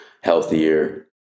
healthier